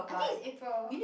I think is April